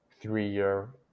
three-year